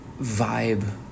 vibe